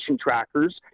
trackers